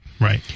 Right